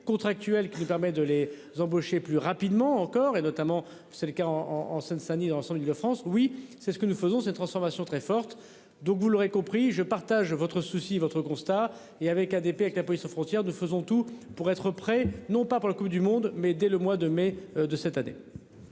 contractuelle qui permet de les embaucher plus rapidement encore et notamment c'est le cas en en Seine-Saint-Denis dans l'ensemble de l'Île-de-France. Oui c'est ce que nous faisons ces transformations très forte. Donc, vous l'aurez compris, je partage votre souci votre constat et avec ADP avec la police aux frontières de faisons tout pour être prêt non pas pour la Coupe du monde, mais dès le mois de mai de cette année.